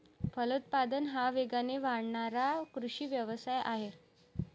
फलोत्पादन हा वेगाने वाढणारा कृषी व्यवसाय आहे